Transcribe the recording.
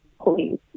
please